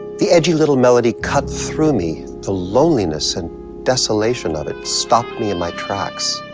the edgy little melody cut through me. the loneliness and desolation of it stopped me in my tracks.